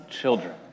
children